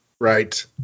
Right